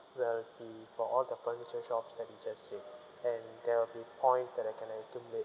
will be for all the furniture shops that you just said and there will be points that I can accumulate